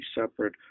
separate